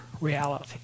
reality